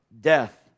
death